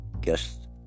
guest